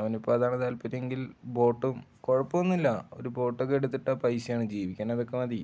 അവനിപ്പോള് അതാണു താല്പര്യമെങ്കിൽ ബോട്ടും കുഴപ്പമൊന്നുമില്ല ഒരു ബോട്ടൊക്കെ എടുത്തിട്ട് പൈസയാണ് ജീവിക്കാനതൊക്കെ മതി